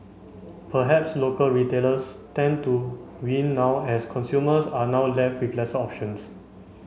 perhaps local retailers stand to win now as consumers are now left with lesser options